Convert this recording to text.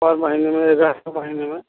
हर महीने में अगस्त महीने में